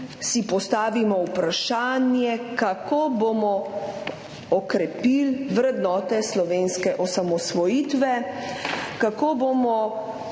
si postavimo vprašanje, kako bomo okrepili vrednote slovenske osamosvojitve, kako bomo